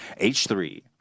h3